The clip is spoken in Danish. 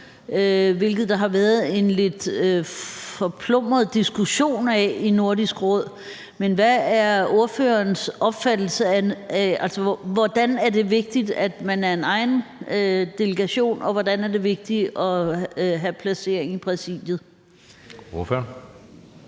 hvilket der har været en lidt forplumret diskussion af i Nordisk Råd, men hvordan er det efter ordførerens opfattelse vigtigt, at man er en egen delegation, og hvordan er det vigtigt at have placering i præsidiet? Kl.